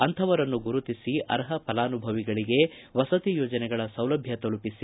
ಅಂತಹವರನ್ನು ಗುರುತಿಸಿ ಅರ್ಹ ಫಲಾನುಭವಿಗೆ ವಸತಿ ಯೋಜನೆಗಳ ಸೌಲಭ್ಯ ತಲುಪಿಸಿ